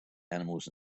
animals